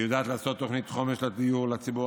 היא יודעת לעשות תוכנית חומש לדיור לציבור